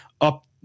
up